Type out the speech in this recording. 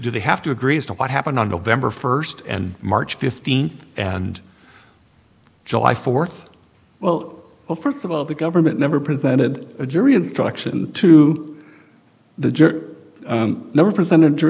do they have to agree as to what happened on november first and march fifteenth and july fourth well first of all the government never presented a jury instruction to the jury never present